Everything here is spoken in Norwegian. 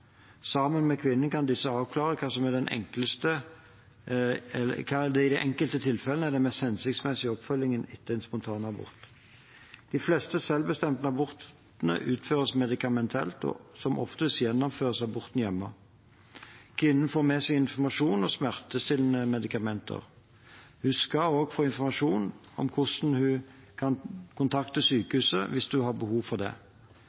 med fastlege eller jordmor. Sammen med kvinnen kan de avklare hva som i det enkelte tilfelle er den mest hensiktsmessige oppfølgingen etter en spontanabort. De fleste selvbestemte abortene utføres medikamentelt, som oftest gjennomføres aborten hjemme. Kvinnen får med seg informasjon og smertestillende medikamenter. Hun skal også få informasjon om hvordan hun kan kontakte sykehuset hvis hun har behov for det.